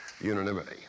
unanimity